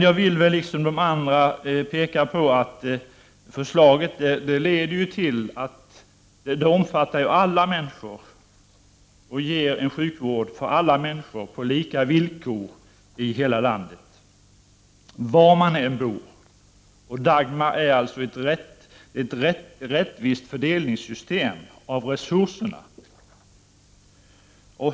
På samma sätt som andra talare har gjort vill jag säga att föreliggande förslag syftar till att ge en sjukvård på lika villkor åt alla människor i hela landet oavsett bostadsort. Dagmarreformen innebär en rättvis fördelning av resurserna.